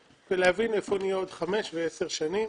ולהבין היכן נהיה בעוד חמש ועוד עשר שנים.